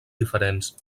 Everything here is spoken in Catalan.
diferents